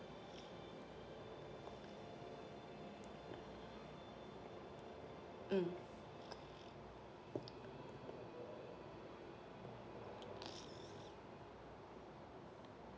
mm